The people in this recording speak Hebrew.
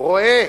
רואה